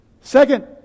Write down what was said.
second